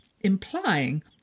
implying